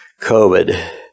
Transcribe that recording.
COVID